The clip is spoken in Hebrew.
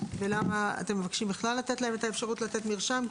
ולמה אתם מבקשים בכלל לתת להם את האפשרות לתת מרשם?